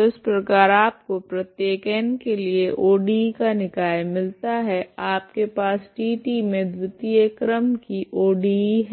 तो इस प्रकार आपको प्रत्येक n के लिए ODE का निकाय मिलता है आपके पास T मे द्वितीय क्रम की ODE